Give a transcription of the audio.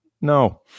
no